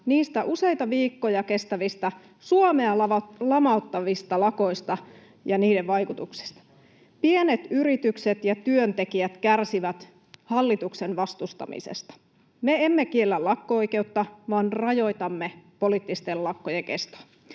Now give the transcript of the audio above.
niistä useita viikkoja kestävistä Suomea lamauttavista lakoista ja niiden vaikutuksista. Pienet yritykset ja työntekijät kärsivät hallituksen vastustamisesta. Me emme kiellä lakko-oikeutta, vaan rajoitamme poliittisten lakkojen kestoa.